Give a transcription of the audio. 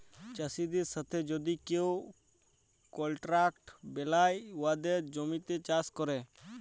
চাষীদের সাথে যদি কেউ কলট্রাক্ট বেলায় উয়াদের জমিতে চাষ ক্যরে